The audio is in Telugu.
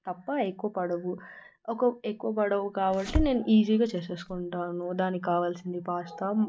తప్ప ఎక్కువ పడవు ఒక ఎక్కువ పడవు కాబట్టి నేను ఈజీగా చేసేసుకుంటాను దానికి కావాల్సింది పాస్తా